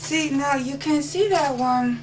see now you can see that one